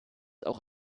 auch